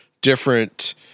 different